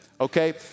Okay